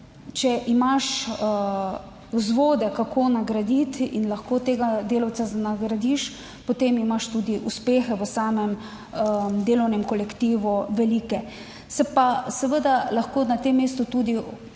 če imaš vzvode kako nagraditi in lahko tega delavca nagradiš, potem imaš tudi uspehe v samem delovnem kolektivu velike. Se pa seveda lahko na tem mestu tudi